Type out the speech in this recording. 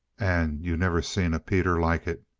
and you never seen a peter like it.